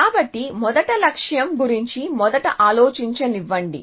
కాబట్టి మొదటి లక్ష్యం గురించి మొదట ఆలోచించనివ్వండి